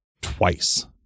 twice